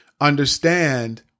understand